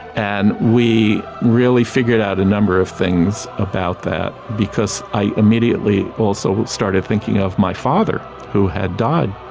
and we really figured out a number of things about that because i immediately also started thinking of my father who had died.